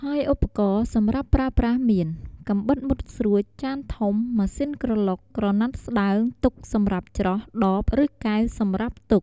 ហើយឧបករណ៍សម្រាប់ប្រើប្រាស់មាន កាំបិតមុតស្រួច ចានធំ ម៉ាស៊ីនក្រឡុក ក្រណាត់ស្តើង ទុកសម្រាប់ច្រោះ ដប ឬកែវសម្រាប់ទុក។